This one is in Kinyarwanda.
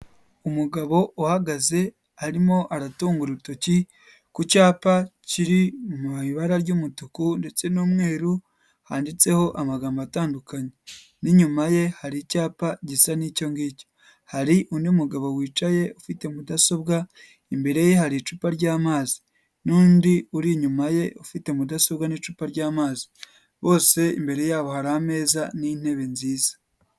Umugabo uhagaze arimo aratunga urutoki ku cyapa kiri mu ibara ry'umutuku ndetse n'umweru handitseho amagambo atandukanye. N'inyuma ye hari icyapa gisa n'icyo ngicyo. Hari undi mugabo wicaye ufite mudasobwa, Imbere ye hari icupa ry'amazi. N'undi uri inyuma ye ufite mudasobwa n'icupa ry'amazi. Bose imbere yabo hari ameza n'intebe nziza.